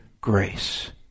grace